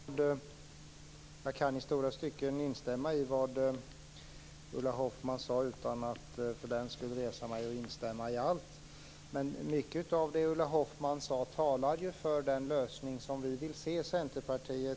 Fru talman! Jag kan i långa stycken instämma i vad Ulla Hoffmann sade utan att för den skulle resa mig och instämma i allt. Men mycket av det Ulla Hoffmann sade talar ju för den lösning som vi i Centerpartiet vill se.